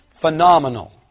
Phenomenal